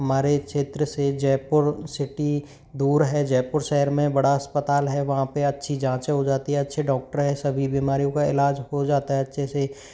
हमारे क्षेत्र से जयपुर सिटी दूर है जयपुर शहर में बड़ा अस्पताल है वहाँ पे अच्छी जाँचे हो जाती है अच्छे डॉक्टर है सभी बीमारियों का इलाज हो जाता है अच्छे से